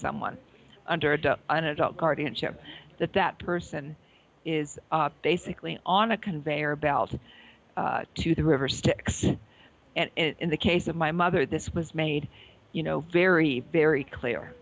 someone under an adult guardianship that that person is basically on a conveyor belt to the river styx and in the case of my mother this was made you know very very clear